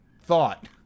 thought